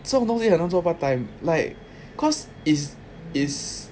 这种东西很难做 part time like cause is is